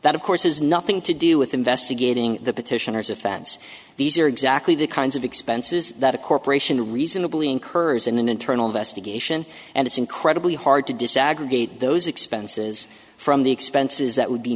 that of course has nothing to do with investigate the petitioner's offense these are exactly the kinds of expenses that a corporation reasonably incurs in an internal investigation and it's incredibly hard to disaggregate those expenses from the expenses that would be